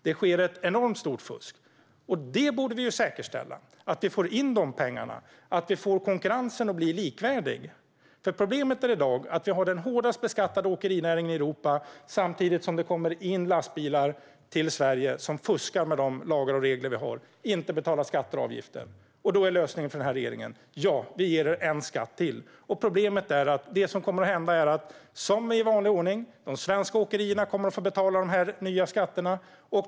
Det sker ett enormt stort fusk. Vi borde säkerställa att vi får in de pengarna och får konkurrensen att bli likvärdig. Problemet i dag är att vi har den hårdast beskattade åkerinäringen i Europa samtidigt som det kommer in lastbilar till Sverige som fuskar med de lagar och regler vi har och inte betalar skatter och avgifter. Då är lösningen från regeringen: Vi ger er en skatt till. Problemet är att det som kommer att hända är att - i vanlig ordning - de svenska åkerierna kommer att få betala de nya skatterna.